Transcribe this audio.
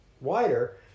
wider